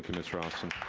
mr. austin.